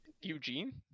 eugene